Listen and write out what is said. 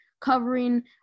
covering